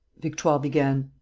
victoire began.